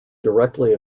directly